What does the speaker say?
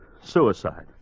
Suicide